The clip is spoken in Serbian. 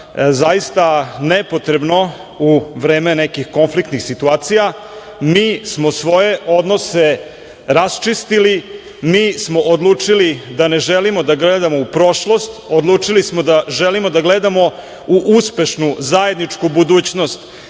zaista nepotrebno u vreme nekih konfliktnih situacija. Mi smo svoje odnose raščistili, mi smo odlučili da ne želimo da gledamo u prošlost, odlučili smo da želimo da gledamo u uspešnu zajedničku budućnost.